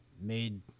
made